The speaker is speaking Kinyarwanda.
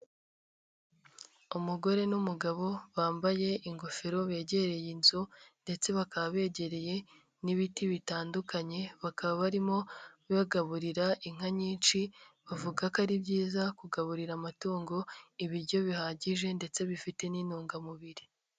Umugore n'umugabo bambaye ingofero, begereye inzu ndetse bakaba begereye n'ibiti bitandukanye, bakaba barimo bagaburira inka nyinshi, bavuga ko ari byiza kugaburira amatungo, ibiryo bihagije ndetse bifite n'intungamubiri.